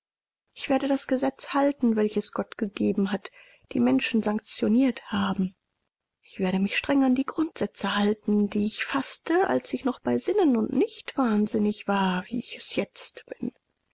ich werde das gesetz halten welches gott gegeben hat die menschen sanktioniert haben ich werde mich streng an die grundsätze halten die ich faßte als ich noch bei sinnen und nicht wahnsinnig war wie ich es jetzt bin